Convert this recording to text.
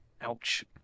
Ouch